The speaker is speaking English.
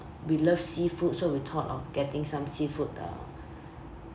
we love seafood so we thought of getting some seafood uh